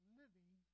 living